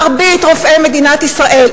מרבית רופאי מדינת ישראל,